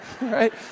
Right